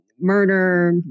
murder